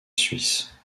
suisse